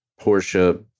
porsche